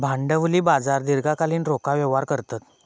भांडवली बाजार दीर्घकालीन रोखा व्यवहार करतत